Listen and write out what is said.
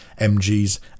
mg's